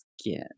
skin